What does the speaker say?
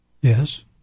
Yes